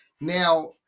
Now